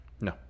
No